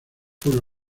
pueblo